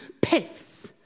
pits